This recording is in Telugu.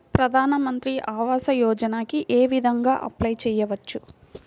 ప్రధాన మంత్రి ఆవాసయోజనకి ఏ విధంగా అప్లే చెయ్యవచ్చు?